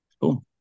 cool